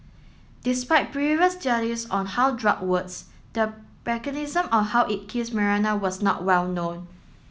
despite previous on how drug works the mechanism on how it kills malaria was not well known